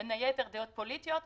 בין היתר דעות פוליטיות,